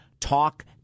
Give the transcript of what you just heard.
Talk